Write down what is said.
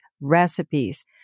recipes